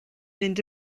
mynd